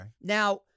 Now